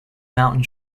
mountain